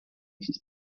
his